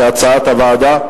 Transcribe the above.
כהצעת הוועדה.